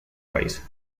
país